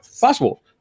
possible